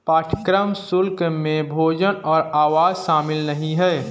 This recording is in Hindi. पाठ्यक्रम शुल्क में भोजन और आवास शामिल नहीं है